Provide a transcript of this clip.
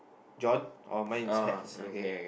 John oh my is hats okay